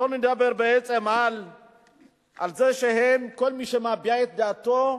שלא לדבר בעצם על זה שכל מי שמביע את דעתו,